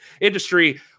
industry